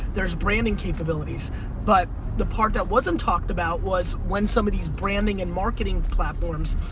there's branding capabilities but the part that wasn't talked about was when some of these branding and marketing platforms,